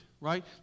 right